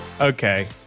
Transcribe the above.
Okay